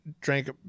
drank